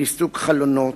ריסוק חלונות,